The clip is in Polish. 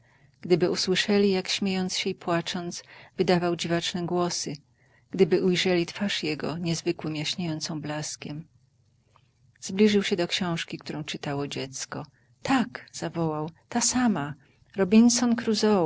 gdyby usłyszeli jak śmiejąc się i płacząc wydawał dziwaczne głosy gdyby ujrzeli twarz jego niezwykłym jaśniejącą blaskiem zbliżył się do książki którą czytało dziecko tak zawołał ta sama